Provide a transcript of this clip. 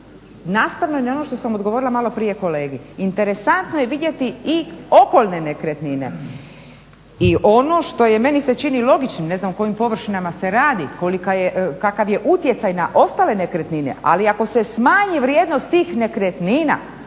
nastavljam na ono što sam odgovorila maloprije kolegi. Interesantno je vidjeti i okolne nekretnine i ono što je meni se čini logičnim, ne znam o kojim površinama se radi, kakav je utjecaj na ostale nekretnine, ali ako se smanji vrijednost tih nekretnina,